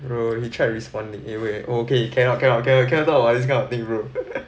bro he try responding eh wait okay cannot cannot cannot cannot lah this kind of thing bro